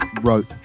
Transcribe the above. wrote